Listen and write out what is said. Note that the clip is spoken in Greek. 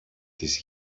της